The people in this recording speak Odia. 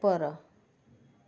ଉପର